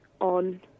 on